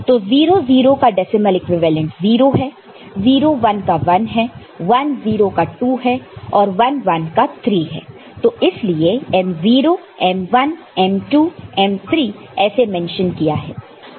तो 0 0 का decimal equivalent 0 है 0 1 का 1 है 1 0 का 2 है 11 का 3 है तो इसलिए m0 m1 m2 m3 ऐसे मेंशन किया है